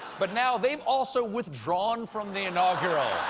but now they've also withdrawn from the inaugural.